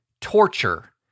torture